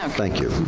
um thank you.